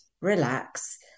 relax